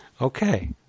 Okay